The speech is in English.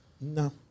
No